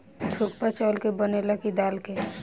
थुक्पा चावल के बनेला की दाल के?